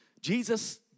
Jesus